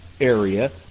area